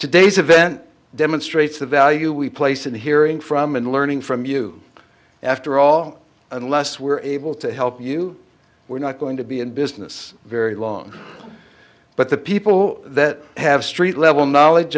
today's event demonstrates the value we place in hearing from and learning from you after all unless we're able to help you we're not going to be in business very long but the people that have street level knowledge